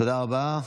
תודה רבה.